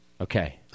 Okay